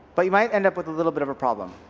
but you might end up with a little bit of a problem.